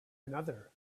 another